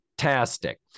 Fantastic